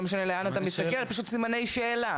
לא משנה לאן אתה מסתכל סימני שאלה.